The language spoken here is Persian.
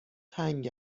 تنگ